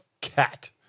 cat